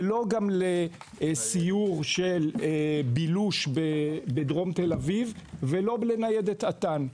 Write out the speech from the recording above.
וגם לא לסיור של בילוש בדרום תל אביב ולא בניידת אט"ן.